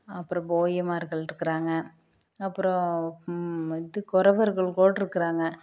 அப்புறம் போகிமார்கள் இருக்குறாங்க அப்பறம் இது கொறவர்கள் கூட இருக்குறாங்க